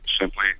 simply